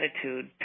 attitude